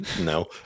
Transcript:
No